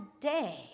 day